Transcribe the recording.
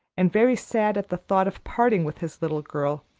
and very sad at the thought of parting with his little girl,